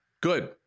good